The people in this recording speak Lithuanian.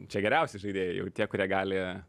čia geriausi žaidėjai jau tie kurie gali